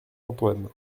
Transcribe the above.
antoine